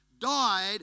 died